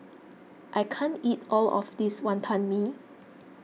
I can't eat all of this Wonton Mee